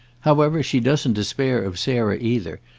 however, she doesn't despair of sarah either,